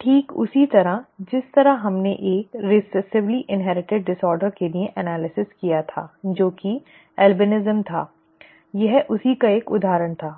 ठीक उसी तरह जिस तरह हमने एक रिसेसिवली इन्हेरिटिड विकार के लिए विश्लेषण किया था जो कि अल्बिनिज़म था यह उसी का एक उदाहरण था